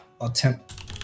attempt